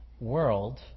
world